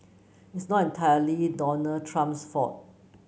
it's not entirely Donald Trump's fault